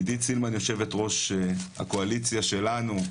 עידית סילמן יושבת ראש הקואליציה שלנו,